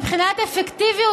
מבחינת אפקטיביות,